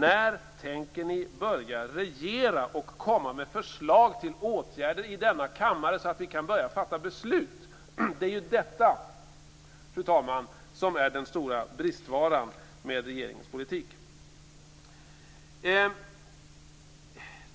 När tänker ni börja regera och komma med förslag till åtgärder i denna kammare så att vi kan börja fatta beslut. Det är ju detta, fru talman, som är den stora bristvaran i regeringens politik.